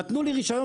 נתנו לי רישיון,